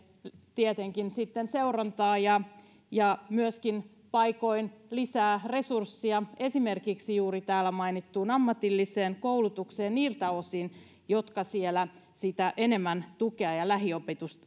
tietenkin seurantaa ja ja paikoin myöskin lisää resurssia esimerkiksi juuri täällä mainittuun ammatilliseen koulutukseen niille jotka tarvitsevat enemmän tukea ja lähiopetusta